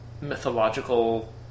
mythological